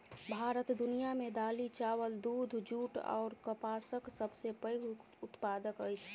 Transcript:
भारत दुनिया मे दालि, चाबल, दूध, जूट अऔर कपासक सबसे पैघ उत्पादक अछि